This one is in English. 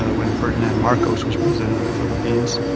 ah when ferdinand marcos was president of the philippines,